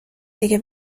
دیگه